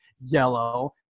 yellow